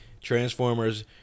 Transformers